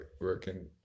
working